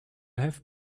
have